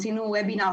עשינו וובינר,